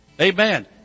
Amen